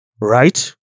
right